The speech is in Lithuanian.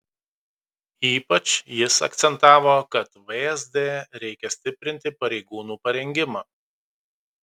ypač jis akcentavo kad vsd reikia stiprinti pareigūnų parengimą